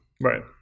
Right